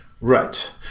Right